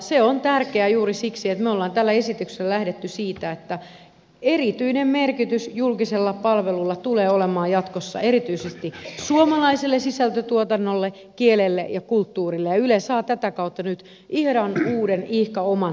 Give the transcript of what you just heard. se on tärkeää juuri siksi että me olemme tällä esityksellä lähteneet siitä että erityinen merkitys julkisella palvelulla tulee olemaan jatkossa erityisesti suomalaiselle sisältötuotannolle kielelle ja kulttuurille ja yle saa tätä kautta nyt ihan uuden ihka oman tehtävän